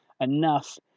enough